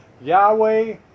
Yahweh